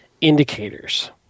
indicators